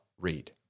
read